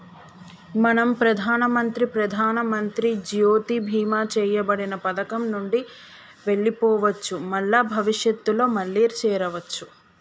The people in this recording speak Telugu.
మనం ప్రధానమంత్రి ప్రధానమంత్రి జ్యోతి బీమా చేయబడిన పథకం నుండి వెళ్లిపోవచ్చు మల్ల భవిష్యత్తులో మళ్లీ చేరవచ్చు